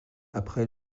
après